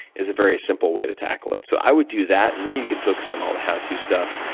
is a very simple way to tackle it. so i would do that, and then you can focus on all the how to stuff,